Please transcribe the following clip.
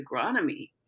agronomy